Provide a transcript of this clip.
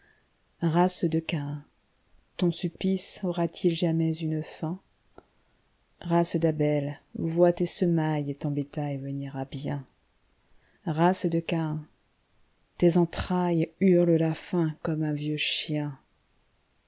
race de gain ton suppliceaura t il jamais une fin race d'abel vois tes semailleset ton bétail venir à bien race de gain tes entrailles hurlent la faim conune un vieux chien